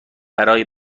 برای